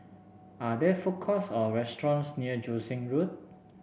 are there food courts or restaurants near Joo Seng Road